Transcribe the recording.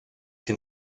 can